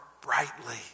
brightly